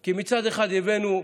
כי מצד אחד הבאנו,